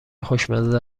خوشمزه